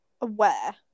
aware